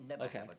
Okay